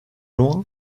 loin